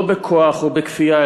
לא בכוח ובכפייה,